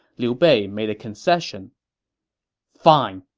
liu bei made a concession fine!